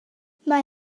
mae